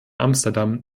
amsterdam